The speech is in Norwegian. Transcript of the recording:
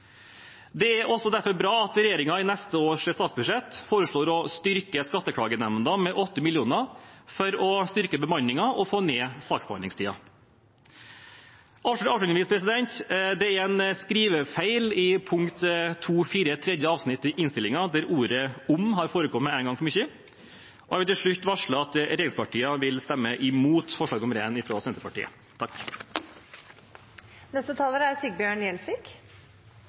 det lar seg gjøre av skattemyndighetene. Det er også derfor bra at regjeringen i neste års statsbudsjett foreslår å styrke skatteklagenemnda med 8 mill. kr for å styrke bemanningen og få ned saksbehandlingstiden. Avslutningsvis: Det er en skrivefeil i punkt 2.4 tredje avsnitt i innstillingen, der ordet «om» har forekommet en gang for mye. Jeg vil også varsle at regjeringspartiene vil stemme imot forslag nr. 1, fra Senterpartiet. Denne saken vi behandler her, er en viktig sak. Det er